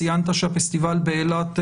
ציינת שהפסטיבל באילת,